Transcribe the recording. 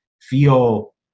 feel